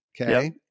okay